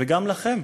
וגם לכם,